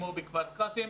כמו בכפר קאסם.